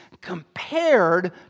compared